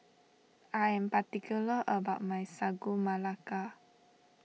I am particular about my Sagu Melaka